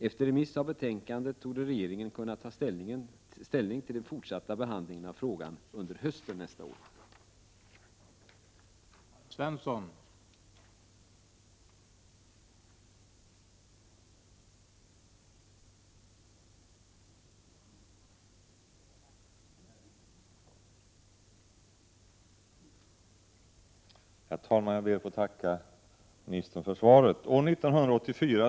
Efter remiss av betänkandet torde regeringen kunna ta ställning till den fortsatta behandlingen av frågan under hösten 1988.